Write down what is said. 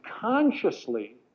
consciously